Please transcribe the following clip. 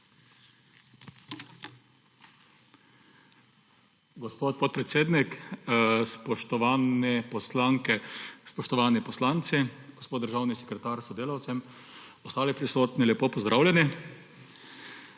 Gospod podpredsednik, spoštovane poslanke, spoštovani poslanci, gospod državni sekretar s sodelavcem, ostali prisotni, lepo pozdravljeni!